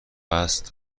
قصد